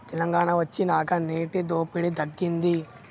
తెలంగాణ వొచ్చినాక నీటి దోపిడి తగ్గింది